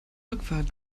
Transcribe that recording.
rückfahrt